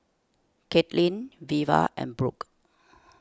Katlyn Veva and Brook